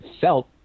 felt